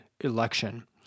election